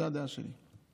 זאת הדעה שלי.